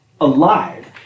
Alive